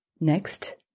Next